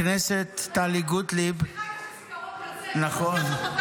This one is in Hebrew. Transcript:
הכנסת ------ טלי גוטליב --- תקרא למישהו --- נכון,